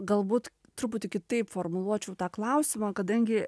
galbūt truputį kitaip formuluočiau tą klausimą kadangi